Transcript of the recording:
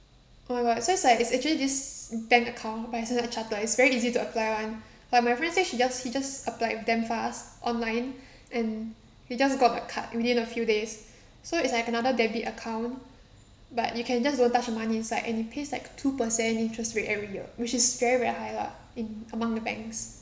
oh my god so it's like it's actually this bank account but it's standard chartered it's very easy to apply [one] like my friend say she just he just applied damn fast online and he just got a card within a few days so it's like another debit account but you can just don't touch the money inside and it pays like two percent interest rate every year which is very very high lah in among the banks